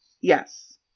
Yes